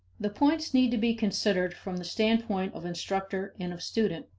the points need to be considered from the standpoint of instructor and of student.